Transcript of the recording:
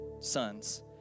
sons